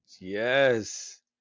Yes